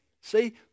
See